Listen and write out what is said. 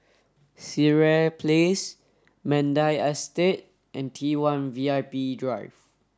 Sireh Place Mandai Estate and T one V I P Drive